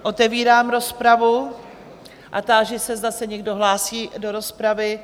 Otevírám rozpravu a táži se, zda se někdo hlásí do rozpravy?